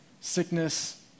Sickness